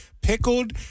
pickled